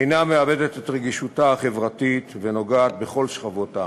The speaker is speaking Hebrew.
אינה מאבדת את רגישותה החברתית ונוגעת בכל שכבות העם.